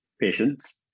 patients